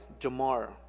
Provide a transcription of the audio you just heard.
Jamar